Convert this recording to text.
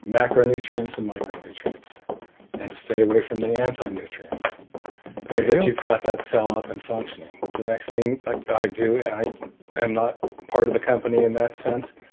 macronutrients and micronutrients and to stay away from the anti-nutrients so that you've got that cell up and functioning the next thing i do and i am not part of the company in that sense,